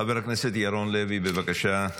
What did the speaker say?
חבר הכנסת ירון לוי, בבקשה,